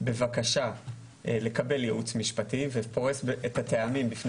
בבקשה לקבל ייעוץ משפטי ופורס את הטעמים בפני